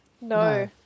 No